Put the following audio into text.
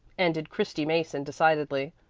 ended christy mason decidedly.